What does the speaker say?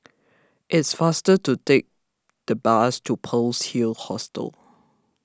it's faster to take the bus to Pearl's Hill Hostel